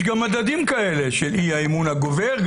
יש גם מדדים כאלה של האי-אמון הגובר.